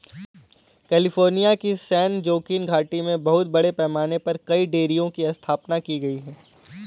California की San Joaquin घाटी में बहुत बड़े पैमाने पर कई डेयरियों की स्थापना की गई है